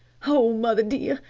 o mother dear,